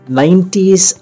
90's